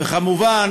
וכמובן